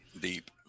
Deep